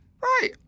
right